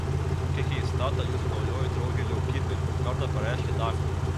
kokia keista ta jūsų naujoji draugė leukipė kartą pareiškė dafnei